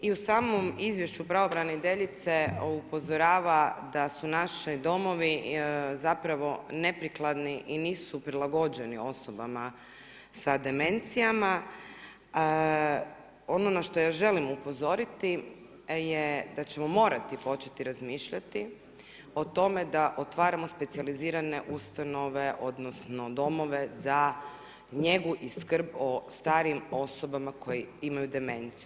I u samom izvješću pravobraniteljice upozorava da su naši domovi zapravo neprikladni i nisu prilagođeni osobama sa demencijama, ono na što ja želim upozoriti je da ćemo morati početi razmišljati o tome da otvaramo specijalizirane ustanove odnosno, domove za njegu i skrb o starijim osobama koje imaju demenciju.